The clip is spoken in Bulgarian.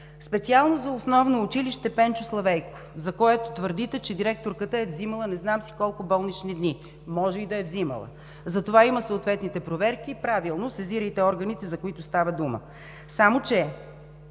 Специално за Основно училище „Пенчо Славейков“, за което твърдите, че директорката е взимала не знам си колко болнични дни. Може и да е взимала. За това има съответните проверки. Правилно, сезирайте органите, за които става дума. Само че